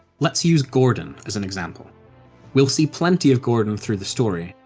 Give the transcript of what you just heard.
let's use gordon as an example we'll see plenty of gordon through the story,